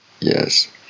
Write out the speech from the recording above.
Yes